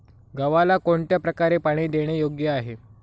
गव्हाला कोणत्या प्रकारे पाणी देणे योग्य आहे?